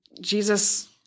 Jesus